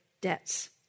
debts